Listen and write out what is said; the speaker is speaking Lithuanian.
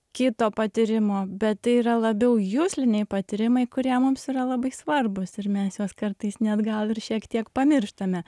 kito patyrimo bet tai yra labiau jusliniai patyrimai kurie mums yra labai svarbūs ir mes juos kartais net gal ir šiek tiek pamirštame